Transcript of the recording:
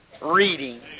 reading